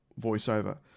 voiceover